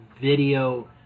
video